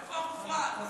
איפה המופרעת?